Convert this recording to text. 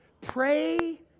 Pray